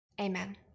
amen